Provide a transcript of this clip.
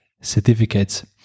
certificates